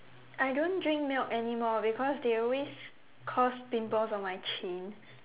I don't drink milk anymore because they always cause pimples on my chin